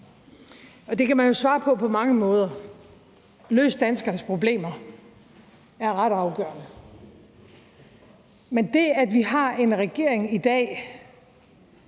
er. Det kan man jo svare på på mange måder. At løse danskernes problemer er ret afgørende. Men vi har en regering i dag,